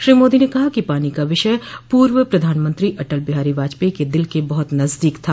श्री मोदी ने कहा कि पानी का विषय पूर्व प्रधानमंत्री अटल बिहारी वाजपेयी क दिल के बहुत नजदीक था